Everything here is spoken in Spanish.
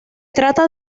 trata